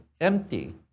empty